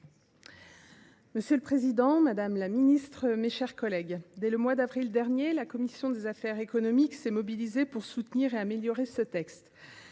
Monsieur le président, madame la ministre, mes chers collègues, dès le mois d’avril dernier, la commission des affaires économiques s’est mobilisée pour soutenir et améliorer ce texte.